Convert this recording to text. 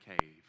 cave